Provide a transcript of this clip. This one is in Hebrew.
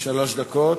שלוש דקות.